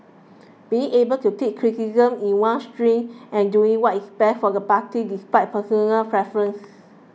being able to take criticism in one's stride and doing what is best for the party despite personal preferences